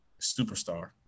superstar